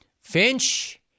Finch